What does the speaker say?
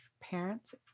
parents